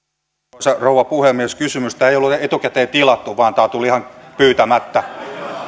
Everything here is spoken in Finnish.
arvoisa rouva puhemies kysymystä ei ollut etukäteen tilattu vaan tämä tuli ihan pyytämättä